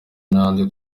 n’abandi